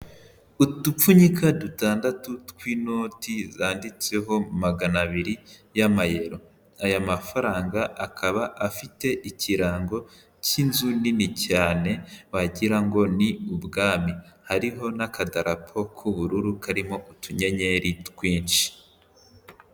Udupfunyika dutandatu tw'inoti zanditseho magana abiri y'amayero. Aya mafaranga akaba afite ikirango cy'inzu nini cyane wagira ngo ni ubwami, hariho n'akadarapo k'ubururu karimo utunyenyeri twinshi.